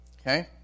Okay